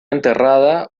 enterrada